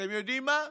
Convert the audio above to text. אתם יודעים מה?